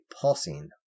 pulsing